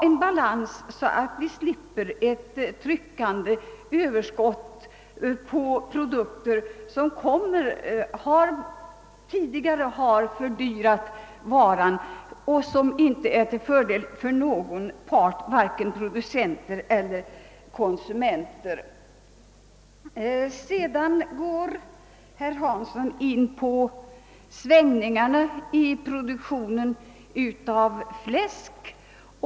Vi slipper få ett besvärande överskott, vilket tidigare har fördyrat varan och inte är till fördel för någon part, varken för producenter eller konsumenter. Herr Hansson gick sedan in på svängningarna i fläskproduktionen.